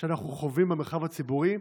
שאנחנו חווים במרחב הציבורי,